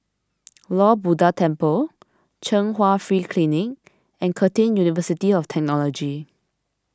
Lord Buddha Temple Chung Hwa Free Clinic and Curtin University of Technology